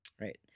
right